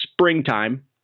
springtime